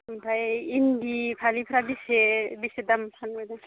ओमफ्राय इन्दि फालिफ्रा बेसे बेसे दाम फानबाय दं